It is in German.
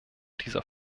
dieser